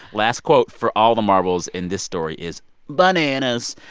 last quote for all the marbles. and this story is bananas.